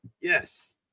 Yes